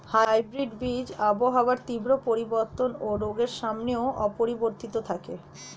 hybrid বীজ আবহাওয়ার তীব্র পরিবর্তন ও রোগের সামনেও অপরিবর্তিত থাকে